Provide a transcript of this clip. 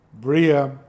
Bria